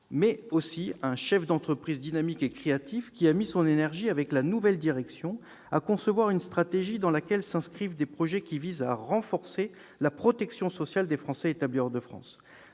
mais aussi un chef d'entreprise dynamique et créatif, qui a mis son énergie, avec la nouvelle direction, à concevoir une stratégie dans laquelle s'inscrivent des projets visant à renforcer la protection sociale des Français établis hors de France.